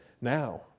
now